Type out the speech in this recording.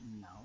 No